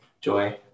Joy